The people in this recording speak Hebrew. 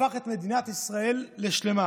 הפך את מדינת ישראל לשלמה.